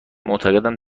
معتقدم